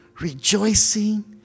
rejoicing